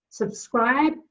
Subscribe